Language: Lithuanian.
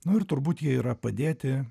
nu ir turbūt jie yra padėti